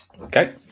Okay